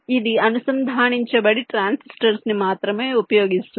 ఇది అనుసంధానించబడిన ట్రాన్సిస్టర్స్ ని మాత్రమే ఉపయోగిస్తుంది